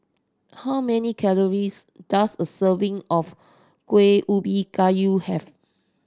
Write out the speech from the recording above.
how many calories does a serving of Kuih Ubi Kayu have